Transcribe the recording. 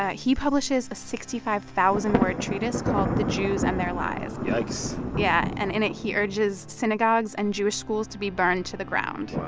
ah he publishes a sixty five thousand word treatise called the jews and their lies. yikes yeah. and in it, he urges synagogues and jewish schools to be burned to the ground.